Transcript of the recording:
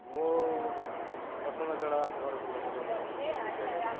ମୁଁ ପସନ୍ଦ ଖେଳ ଆମ ଘର ସମସ୍ତଙ୍କର ପସନ୍ଦ ବି ଖେଳ କ୍ରିକେଟ୍